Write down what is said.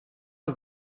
els